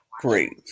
great